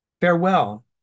Farewell